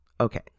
Okay